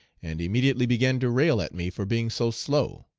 and immediately began to rail at me for being so slow,